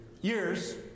Years